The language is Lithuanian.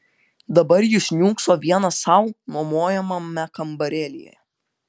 dabar jis niūkso vienas sau nuomojamame kambarėlyje